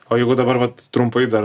o jeigu dabar vat trumpai dar